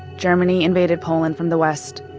germany invaded poland from the west.